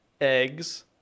eggs